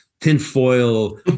tinfoil